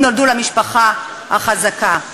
אם נולדו למשפחה החזקה,